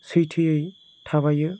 सैथोयै थाबायो